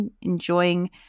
enjoying